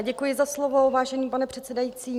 Děkuji za slovo, vážený pane předsedající.